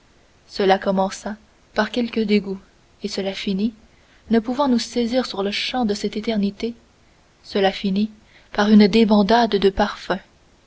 cela commença par quelques dégoûts et cela finit ne pouvant nous saisir sur-le-champ de cette éternité cela finit par une débandade de parfums